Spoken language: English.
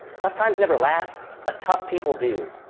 tough times never last, but tough people do.